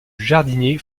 jardinier